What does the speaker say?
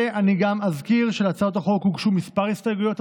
אני גם אזכיר שלהצעת החוק הוגשו כמה הסתייגויות,